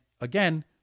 again